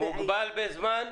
מוגבל בזמן?